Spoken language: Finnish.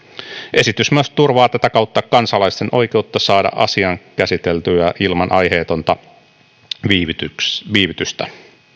esitys myös turvaa tätä kautta kansalaisten oikeutta saada asiansa käsiteltyä ilman aiheetonta viivytystä viivytystä